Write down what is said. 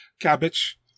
cabbage